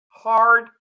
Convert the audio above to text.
hard